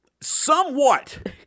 somewhat